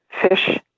fish